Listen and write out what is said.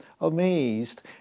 amazed